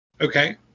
Okay